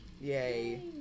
Yay